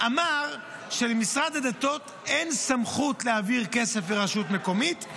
ואמר שלמשרד הדתות אין סמכות להעביר כסף לרשות מקומית,